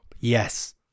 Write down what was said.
Yes